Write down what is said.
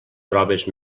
proves